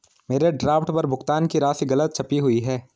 मेरे ड्राफ्ट पर भुगतान की राशि गलत छपी हुई है